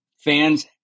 fans